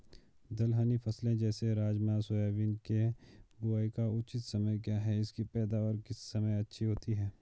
दलहनी फसलें जैसे राजमा सोयाबीन के बुआई का उचित समय क्या है इसकी पैदावार किस समय अच्छी होती है?